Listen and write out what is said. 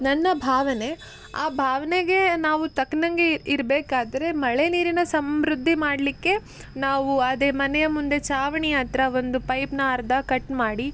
ನನ್ನ ಭಾವನೆ ಆ ಭಾವನೆಗೆ ನಾವು ತಕ್ಕನಂಗೆ ಇರಬೇಕಾದ್ರೆ ಮಳೆ ನೀರಿನ ಸಮೃದ್ಧಿ ಮಾಡಲಿಕ್ಕೆ ನಾವು ಅದೆ ಮನೆ ಮುಂದೆ ಛಾವಣಿ ಹತ್ರ ಒಂದು ಪೈಪನ್ನ ಅರ್ಧ ಕಟ್ ಮಾಡಿ